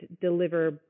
deliver